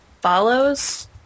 follows